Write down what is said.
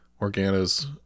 Organa's